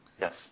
Yes